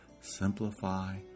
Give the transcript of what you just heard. Simplify